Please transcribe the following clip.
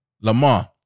Lamar